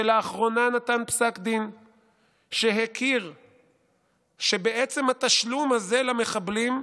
שלאחרונה נתן פסק דין שהכיר שבעצם התשלום הזה למחבלים,